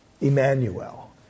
Emmanuel